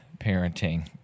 parenting